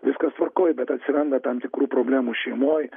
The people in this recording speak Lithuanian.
viskas tvarkoe bet atsiranda tam tikrų problemų šeimoj